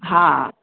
हा